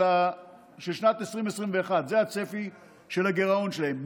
של שנת 2021, זה הצפי של הגירעון שלהם.